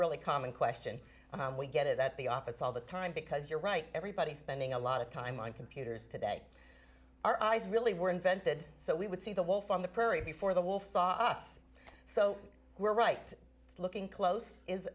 really common question we get it at the office all the time because you're right everybody spending a lot of time on computers today our eyes really were invented so we would see the wolf on the prairie before the wolf saw us so we're right it's looking clothes is